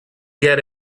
get